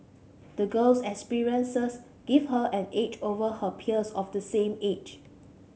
the girl's experiences gave her an edge over her peers of the same age